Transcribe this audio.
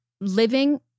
living